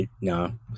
no